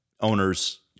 owners –